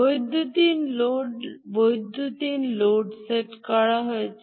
বৈদ্যুতিন load set করা আছে